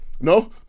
No